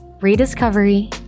rediscovery